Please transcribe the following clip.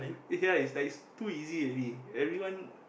ya ya is like too easy already everyone